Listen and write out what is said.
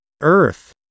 Earth